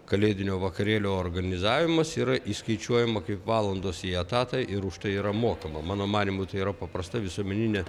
kalėdinio vakarėlio organizavimas yra įskaičiuojama kaip valandos į etatą ir už tai yra mokama mano manymu tai yra paprasta visuomeninė